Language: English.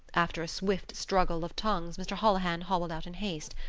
after a swift struggle of tongues mr. holohan hobbled out in haste.